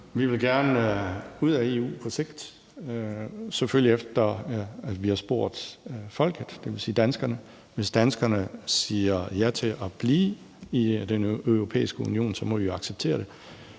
Vi vil gerne ud af EU på sigt, selvfølgelig efter at vi har spurgt folket, dvs. danskerne, og hvis danskerne siger ja til at blive i Den Europæiske Union, så må vi jo acceptere det.